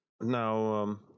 Now